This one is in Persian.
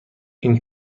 این